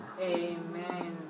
Amen